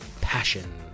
passion